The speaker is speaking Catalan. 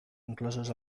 inclosos